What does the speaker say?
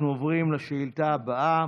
אנחנו עוברים לשאילתה הבאה,